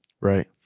Right